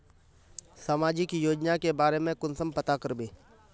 सामाजिक योजना के बारे में कुंसम पता करबे?